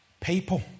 people